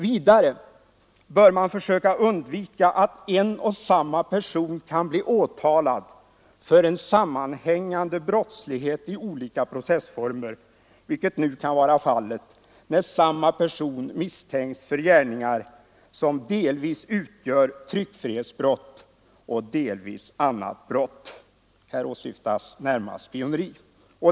Vidare bör man försöka undvika att en och samma person kan bli åtalad för en sammanhängande brottslighet i olika processformer, vilket nu kan vara fallet när samma person misstänks för gärningar som delvis utgör tryckfrihetsbrott, delvis annat brott. Här åsyftas närmast spioneri.